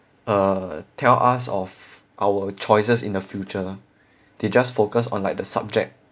uh tell us of our choices in the future they just focus on like the subject